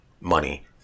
money